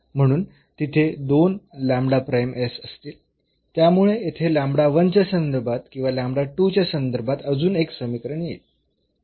म्हणून तिथे दोन असतील त्यामुळे येथे च्या संदर्भात किंवा च्या संदर्भात अजून एक समीकरण येईल